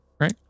right